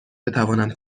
بتوانم